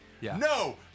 No